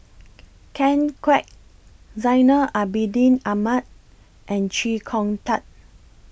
Ken Kwek Zainal Abidin Ahmad and Chee Kong Tet